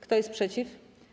Kto jest przeciw?